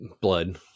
Blood